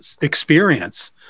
experience